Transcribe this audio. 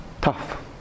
tough